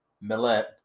millet